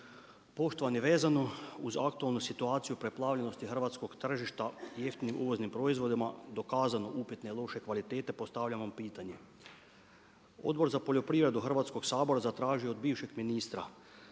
Poštovani, vezano uz aktualnu situaciju preplavljenosti hrvatskog tržišta jeftinim uvoznim proizvodima dokazano upitne loše kvalitete postavljam vam pitanje Odbor za poljoprivredu Hrvatskog sabora zatražio je od bivšeg ministra